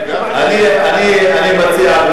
אני מציע,